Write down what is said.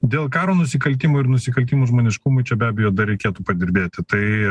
dėl karo nusikaltimų ir nusikaltimų žmoniškumui čia be abejo dar reikėtų padirbėti tai